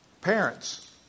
parents